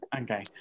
Okay